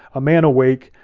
a man awake.